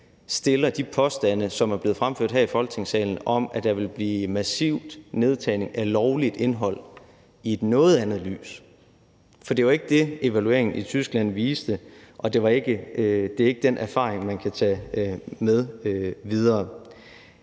stiller de påstande, som er blevet fremført her i Folketingssalen om, at der vil blive massiv nedtagning af lovligt indhold, i et noget andet lys. For det var ikke det, evalueringen i Tyskland viste, og det er ikke den erfaring, man kan tage med videre.